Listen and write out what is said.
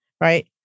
right